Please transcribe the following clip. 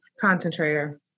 concentrator